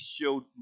showed